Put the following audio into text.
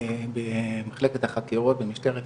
במחלקת החקירות במשטרת ישראל.